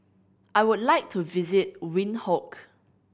I would like to visit Windhoek